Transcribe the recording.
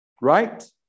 right